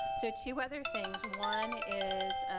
so two other things. one is,